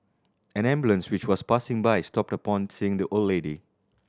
an ambulance which was passing by stopped upon seeing the old lady